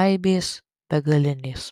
aibės begalinės